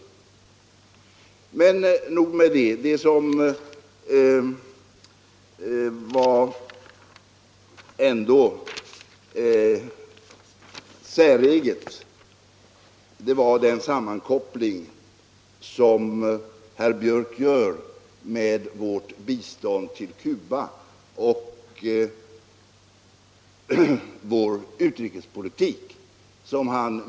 Jag skall emellertid inte uppehålla mig längre vid detta utan vill i stället återkomma till herr Björcks i Nässjö säregna sammankoppling av vår biståndsverksamhet till Cuba och vår utrikespolitik i allmänhet.